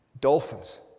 dolphins